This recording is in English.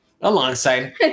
Alongside